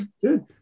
Good